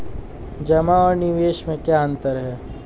जमा और निवेश में क्या अंतर है?